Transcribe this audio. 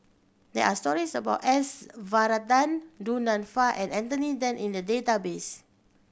there are stories about S Varathan Du Nanfa and Anthony Then in the database